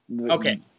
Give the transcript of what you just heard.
Okay